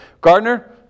Gardner